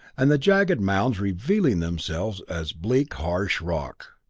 and the jagged mounds revealing themselves as bleak harsh rock.